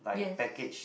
yes